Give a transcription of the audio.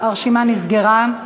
הרשימה נסגרה.